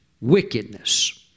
wickedness